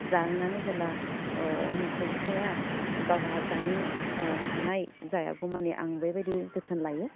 जाहोनानै जेला ओह मोसौ फिसाया गावहा जानो ओह हानाय जायागौमानि आं बेबायदि जोथोन लायो